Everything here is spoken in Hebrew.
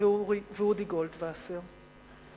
ואודי גולדווסר.